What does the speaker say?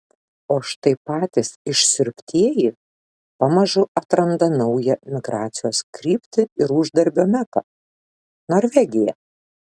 o štai patys išsiurbtieji pamažu atranda naują migracijos kryptį ir uždarbio meką norvegiją